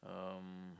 um